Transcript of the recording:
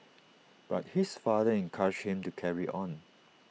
but his father encouraged him to carry on